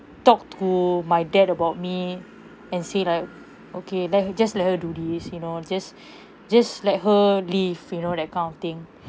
talk to my dad about me and say like okay like just let her do this you know just just let her leave you know that kind of thing